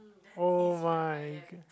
oh my